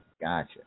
Gotcha